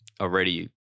already